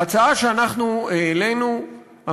ההצעה שאנחנו העלינו,